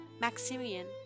Maximian